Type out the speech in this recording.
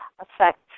affect